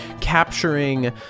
capturing